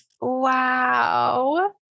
Wow